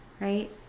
right